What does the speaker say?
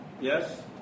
Yes